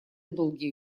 долгие